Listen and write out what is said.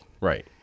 Right